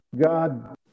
God